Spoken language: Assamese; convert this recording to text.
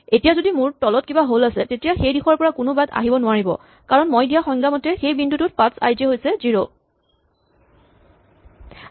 এতিয়া যদি মোৰ তলত কিবা হল আছে তেতিয়া সেইদিশৰ পৰা কোনো বাট আহিব নোৱাৰিব কাৰণ মই দিয়া সংজ্ঞা মতে সেই বিন্দুটোত পাথছআই জে হৈছে জিৰ'